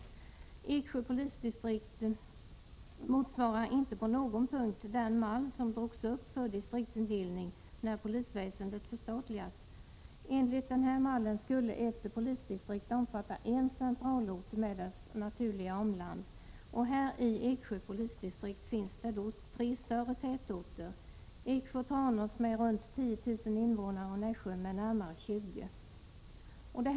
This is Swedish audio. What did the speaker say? Eksjö polisdistrikt motsvarar inte på någon punkt den mall som drogs upp för distriktsindelningen när polisväsendet förstatligades. Enligt den mallen skulle ett polisdistrikt omfatta en centralort med dess naturliga omland. I Eksjö polisdistrikt finns det tre större tätorter: Eksjö och Tranås med runt 10 000 invånare och Nässjö med närmare 20 000 invånare.